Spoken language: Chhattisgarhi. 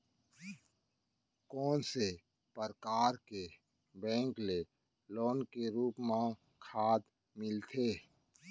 कोन से परकार के बैंक ले लोन के रूप मा खाद मिलथे?